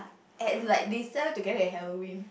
and like they sell it together with Halloween